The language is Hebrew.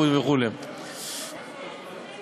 וכו' וכו'.